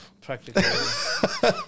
Practically